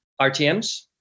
RTMs